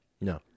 No